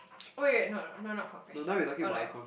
oh wait wait no no no not confession or like